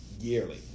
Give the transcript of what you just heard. yearly